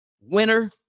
winner